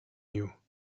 new